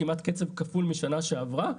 כמעט קצב כפול משנה שעברה.